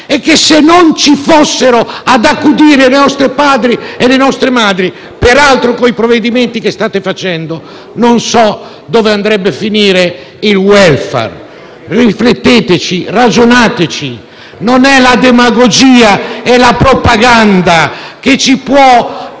se non ci fossero loro ad accudire i nostri padri e le nostre madri. Peraltro, con i provvedimenti che state adottando, non so dove andrebbe a finire il *welfare*. Rifletteteci; ragionateci. Non sono la demagogia e la propaganda che possono